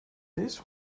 this